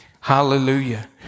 Hallelujah